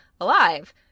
alive